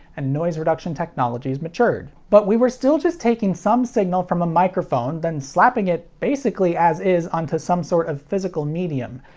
and noise reduction technologies matured. but we were still just taking some signal from a microphone, then slapping it basically as is onto some sort of physical medium.